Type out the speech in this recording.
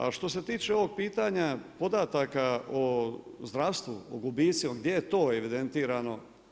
A što se tiče ovog pitanja podataka o zdravstvu, o gubitcima gdje je to evidentirano.